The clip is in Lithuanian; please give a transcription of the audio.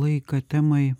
laiką temai